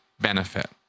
benefit